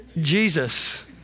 Jesus